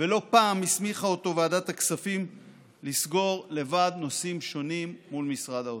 ולא פעם הסמיכה אותו ועדת הכספים לסגור לבד נושאים מול משרד האוצר.